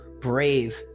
brave